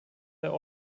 der